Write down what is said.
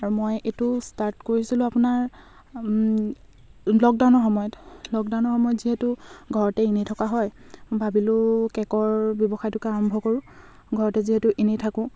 আৰু মই এইটো ষ্টাৰ্ট কৰিছিলো আপোনাৰ লকডাউনৰ সময়ত লকডাউনৰ সময়ত যিহেতু ঘৰতে এনেই থকা হয় ভাবিলো কে'কৰ ব্যৱসায়টোকে আৰম্ভ কৰো ঘৰতে যিহেতু এনেই থাকো